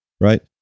right